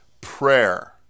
prayer